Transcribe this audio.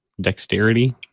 dexterity